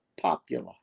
popular